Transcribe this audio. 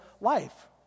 life